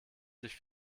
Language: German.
sich